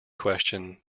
question